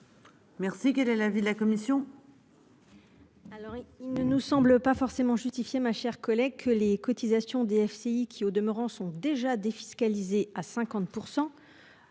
merci. Quel est l'avis de la commission.